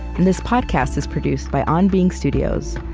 and this podcast is produced by on being studios,